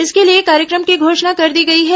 इसके लिए कार्यक्रम की घोषणा कर दी गई है